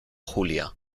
julia